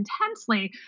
intensely